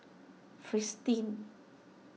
Fristine